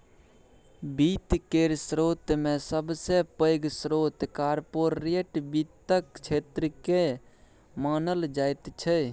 वित्त केर स्रोतमे सबसे पैघ स्रोत कार्पोरेट वित्तक क्षेत्रकेँ मानल जाइत छै